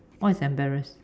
what is embarrass